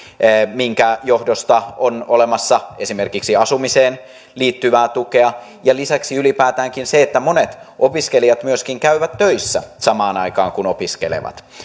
minkä johdosta on olemassa esimerkiksi asumiseen liittyvää tukea ja lisäksi ylipäätäänkin monet opiskelijat myöskin käyvät töissä samaan aikaan kun opiskelevat